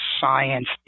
science